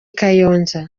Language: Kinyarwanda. kayonza